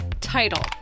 Title